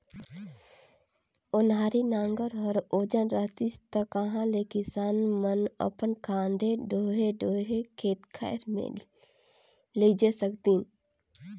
ओन्हारी नांगर हर ओजन रहतिस ता कहा ले किसान मन अपन खांधे डोहे डोहे खेत खाएर मे लेइजे सकतिन